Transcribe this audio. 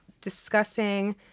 discussing